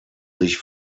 sich